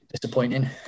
disappointing